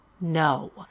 no